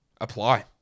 apply